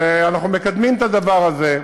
אנחנו מקדמים את הדבר הזה.